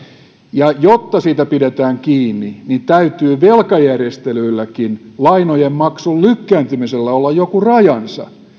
ja jotta siitä pidetään kiinni niin täytyy velkajärjestelyilläkin lainojen maksun lykkääntymisellä olla joku rajansa